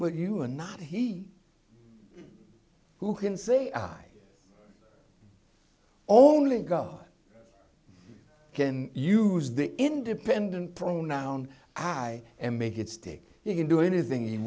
well you are not he who can say i only go can use the independent pronoun i and make it stick you can do anything he